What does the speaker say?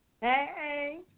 Hey